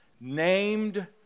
named